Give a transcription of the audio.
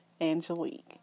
Angelique